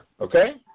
Okay